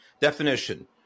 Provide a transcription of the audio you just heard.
Definition